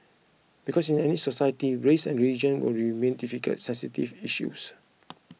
because in any society race and religion will remain difficult sensitive issues